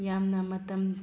ꯌꯥꯝꯅ ꯃꯇꯝ